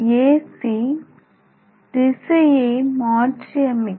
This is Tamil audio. சி திசையை மாற்றியமைக்கிறது